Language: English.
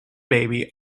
baby